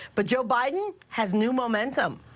but joe biden has new momentum.